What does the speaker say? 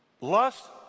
lust